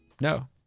No